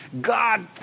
God